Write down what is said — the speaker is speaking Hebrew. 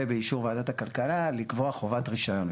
ובאישור ועדת הכלכלה, לקבוע חובת רישיון.